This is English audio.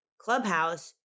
Clubhouse